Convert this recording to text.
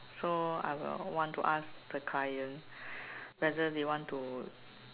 so I will want to ask the client whether they want to